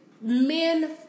men